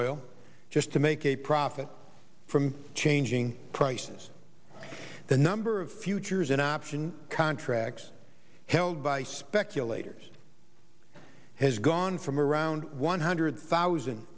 oil just to make a profit from changing prices the number of futures in option contracts held by speculators has gone from around one hundred thousand